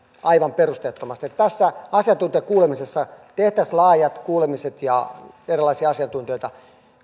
aivan perusteettomasti että tässä asiantuntijakuulemisessa tehtäisiin laajat kuulemiset ja erilaisia asiantuntijoita